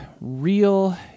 real